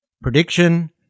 Prediction